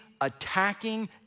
attacking